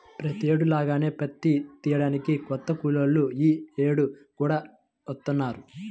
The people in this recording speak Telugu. ప్రతేడు లాగానే పత్తి తియ్యడానికి కొత్త కూలోళ్ళు యీ యేడు కూడా వత్తన్నారా